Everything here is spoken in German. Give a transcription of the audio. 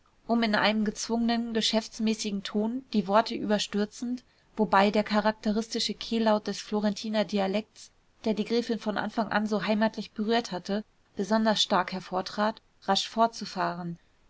um in einem gezwungenen geschäftsmäßigen ton die worte überstürzend wobei der charakteristische kehllaut des florentiner dialekts der die gräfin von anfang an so heimatlich berührt hatte besonders stark hervortrat rasch fortzufahren